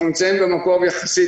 אנחנו נמצאים במקום טוב יחסית.